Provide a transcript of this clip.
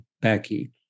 Becky